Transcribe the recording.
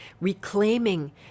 reclaiming